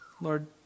Lord